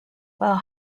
while